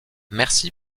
merci